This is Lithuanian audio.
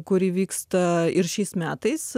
kuri vyksta ir šiais metais